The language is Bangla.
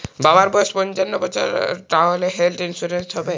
বাবার বয়স পঞ্চান্ন বছর তাহলে হেল্থ ইন্সুরেন্স হবে?